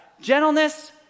Gentleness